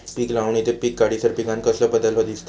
पीक लावणी ते पीक काढीसर पिकांत कसलो बदल दिसता?